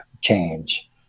change